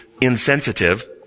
insensitive